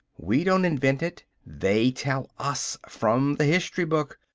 we don't invent it. they tell us from the history book.